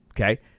Okay